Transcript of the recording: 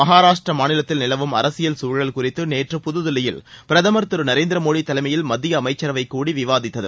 மகாராஷ்டிர மாநிலத்தில் நிலவும் அரசியல் சூழல் குறித்து நேற்று புதுதில்லியில் பிரதமர் திரு நரேந்திரமோடி தலைமையில் மத்திய அமைச்சரவைக்கூடி விவாதித்தது